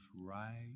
right